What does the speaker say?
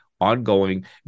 ongoing